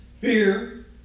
fear